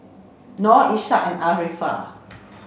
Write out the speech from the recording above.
Nor Ishak and Arifa